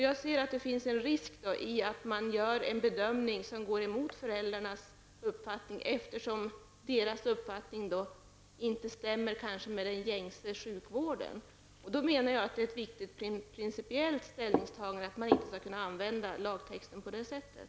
Jag ser att det finns en risk i att göra bedömningar som går emot föräldrarnas, då deras uppfattning inte stämmer med den gängse sjukvårdens. Det är ett viktigt principiellt ställningstagande att inte kunna tillämpa lagtexten på det sättet.